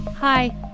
Hi